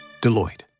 Deloitte